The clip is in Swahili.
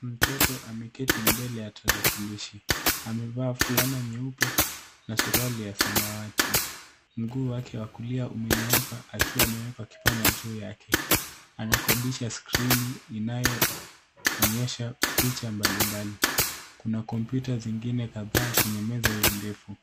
Mtoto ameketi mbele ya tarakilishi. Amevaa fulana nyeupe na suruali ya samawati. Mguu wake wa kulia umenyooka akiwa ameweka kipanya juu yake. Anakodisha skrini inayoonyesha picha mbalimbali. Kuna kompyuta zingine kadhaa kwenye meza hiyo ndefu.